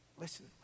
listen